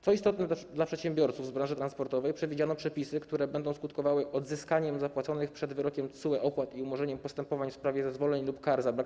Co istotne, dla przedsiębiorców z branży transportowej przewidziano przepisy, które będą skutkowały odzyskaniem zapłaconych przed wydaniem wyroku przez TSUE opłat i umorzeniem postępowań w sprawie zezwoleń lub kar za ich brak.